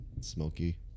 smoky